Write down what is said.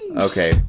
Okay